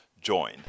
join